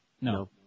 No